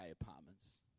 Apartments